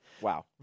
Wow